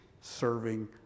serving